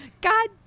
god